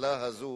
הממשלה הזו